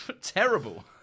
Terrible